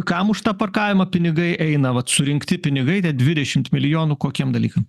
kam už tą parkavimą pinigai eina vat surinkti pinigai tie dvidešimt milijonų kokiem dalykam